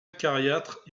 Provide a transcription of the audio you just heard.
acariâtre